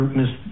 Miss